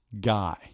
guy